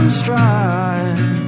stride